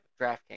DraftKings